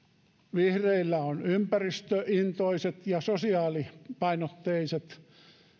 vihreillä ympäristöintoiset ja sosiaalipainotteiset